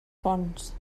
fonts